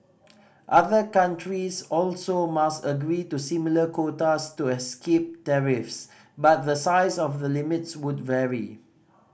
other countries also must agree to similar quotas to escape tariffs but the size of the limits would vary